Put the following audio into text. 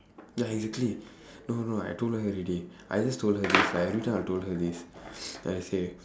ya exactly no no no I told her already I just told her this like every time I'll told her this then I say